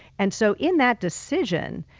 and so, in that decision,